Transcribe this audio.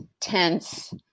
tense